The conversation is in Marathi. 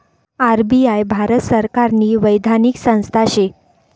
आर.बी.आय भारत सरकारनी वैधानिक संस्था शे